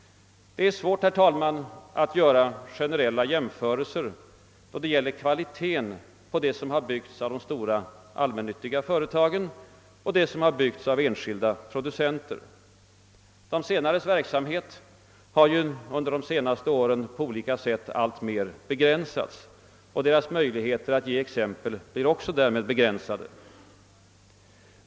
Det är svårt, herr talman, att göra generella jämförelser då det gäller kvalitén på det som byggts av de stora allmännyttiga företagen och det som byggts av enskilda producenter. De senares verksamhet har ju under de senaste åren på olika sätt alltmer begränsats och möjligheten att ge exempel blir också därmed begränsad.